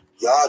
y'all